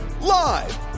Live